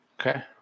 Okay